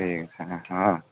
ঠিক আছে হ্যাঁ হ্যাঁ হ্যাঁ